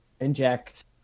Inject